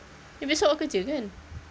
eh besok awak kerja kan